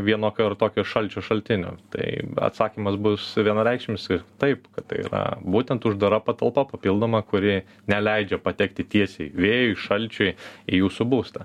vienokio ar tokio šalčio šaltinio tai atsakymas bus vienareikšmis ir taip kad tai yra būtent uždara patalpa papildoma kuri neleidžia patekti tiesiai vėjui šalčiui į jūsų būstą